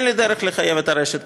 אין לי דרך לחייב את הרשת.